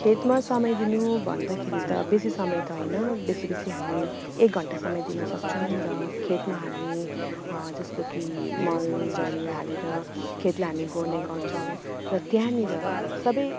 खेतमा समय दिनु भन्दाखेरि त बेसी समय त होइन बेसी बेसी हामी एक घण्टा समय दिन सक्छौँ र खेतमा हामी जस्तो कि मल जल हालेर खेतलाई हामी गोड्ने गर्छौँ त्यहाँनेर सब